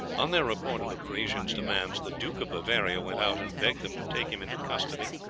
on their report of the parisians' demands the duke of bavaria went out and begged them to take him into custody,